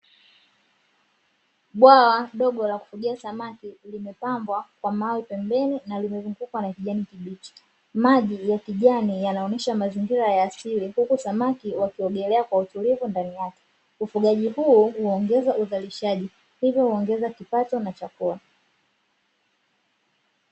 Bwawa dogo la kufugia samaki limepambwa kwa mawe pembeni na limezungukwa na kijani kibichi. Maji ya kijani yanaonyesha mazingira ya asili, huku samaki wakiogelea kwa utulivu ndani yake. Ufugaji huu huongeza uzalishaji, hivyo huongeza kipato na chakula.